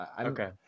Okay